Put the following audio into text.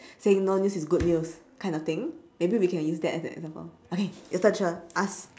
saying no news is good news kind of thing maybe we can use that as an example okay your turn sher ask